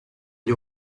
gli